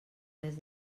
mes